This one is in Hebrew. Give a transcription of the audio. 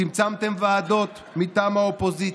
צמצמתם ועדות מטעם האופוזיציה,